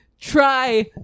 try